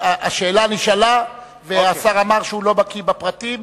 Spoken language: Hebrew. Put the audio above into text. השאלה נשאלה, והשר אמר שהוא לא בקי בפרטים.